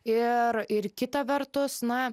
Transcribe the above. ir ir kita vertus na